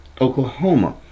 oklahoma